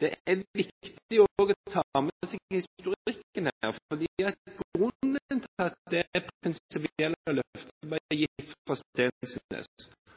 Det er viktig også å ta med seg historikken her. Grunnen til at